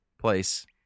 place